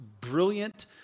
brilliant